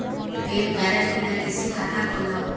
Pan card बिना कइसे खाता खोलव?